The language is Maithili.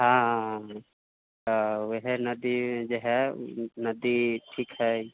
हँ तऽ ओहे नदी जे हय नदी ठीक हय